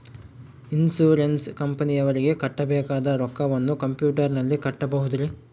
Insurance ಕಂಪನಿಯವರಿಗೆ ಕಟ್ಟಬೇಕಾದ ರೊಕ್ಕವನ್ನು ಕಂಪ್ಯೂಟರನಲ್ಲಿ ಕಟ್ಟಬಹುದ್ರಿ?